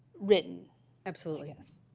written absolutely yes,